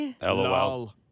LOL